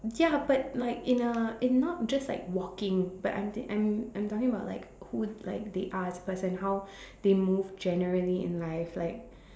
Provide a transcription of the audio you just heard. ya but like in a in not just like walking but I'm the I'm I'm talking about like who like they as person and how they move generally in life like